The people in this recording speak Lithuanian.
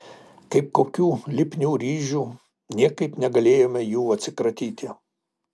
kaip kokių lipnių ryžių niekaip negalėjome jų atsikratyti